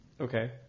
Okay